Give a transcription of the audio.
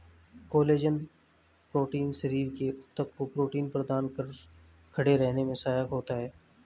collagen protein शरीर के ऊतक को प्रोटीन प्रदान कर खड़े रहने में सहायक होता है